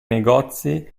negozi